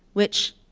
which